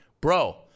Bro